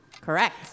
Correct